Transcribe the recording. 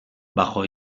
bajo